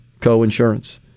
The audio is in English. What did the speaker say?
co-insurance